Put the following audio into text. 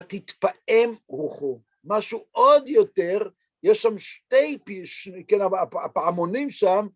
תתפעם רוחו, משהו עוד יותר, יש שם שתי פעמונים שם.